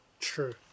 True